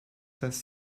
dass